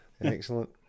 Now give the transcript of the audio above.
excellent